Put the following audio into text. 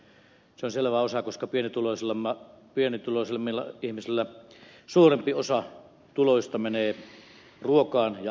se on selvää koska pienituloisemmilla ihmisillä suurempi osa tuloista menee ruokaan ja asumiseen